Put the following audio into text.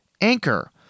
Anchor